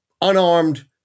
unarmed